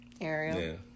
Ariel